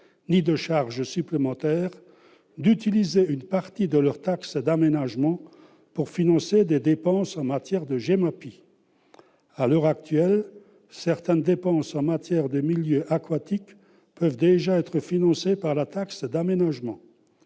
ni de charge supplémentaire, d'utiliser une partie de celle-ci pour financer des dépenses en matière de GEMAPI. À l'heure actuelle, certaines dépenses en matière de milieux aquatiques peuvent déjà être financées par la taxe d'aménagement.